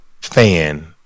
fan